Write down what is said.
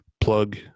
plug